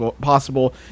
possible